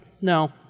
No